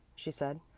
she said.